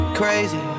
crazy